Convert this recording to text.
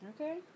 Okay